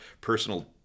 personal